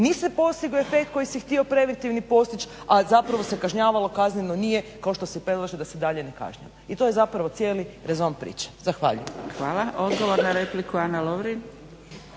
se postigao efekt koji se htio preventivni postići, a zapravo se kažnjavalo kazneno nije kao što se i predlaže da se i dalje ne kažnjava. I to je zapravo cijeli rezon priče. Zahvaljujem. **Zgrebec, Dragica (SDP)** Hvala. Odgovor na repliku, Ana Lovrin.